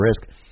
risk